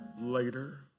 later